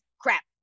Crap